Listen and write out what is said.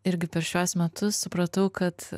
irgi per šiuos metus supratau kad